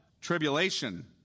Tribulation